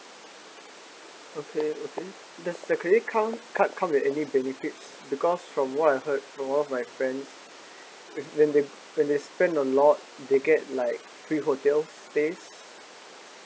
okay okay does the credit card card come with any benefits because from what I heard from one of my friends when they when they spend a lot they get like free hotel stays